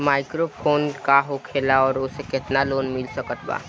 Microfinance का होखेला और ओसे केतना लोन मिल सकत बा?